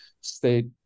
state